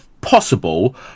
possible